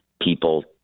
people